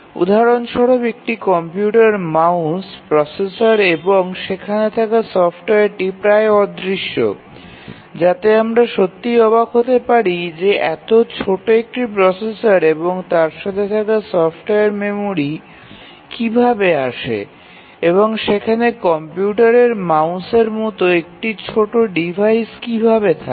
উদাহরণস্বরূপ একটি computer mouse processor এবং সেখানে থাকা সফ্টওয়্যারটি প্রায় অদৃশ্য যাতে আমরা সত্যিই অবাক হতে পারি যে এত ছোট একটি প্রসেসর এবং তার সাথে থাকা সফ্টওয়্যার মেমরি কীভাবে আসে এবং সেখানে কম্পিউটারের মাউসের মতো একটি ছোট ডিভাইসে কীভাবে থাকে